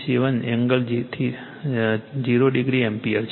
67 angle 0o ampere છે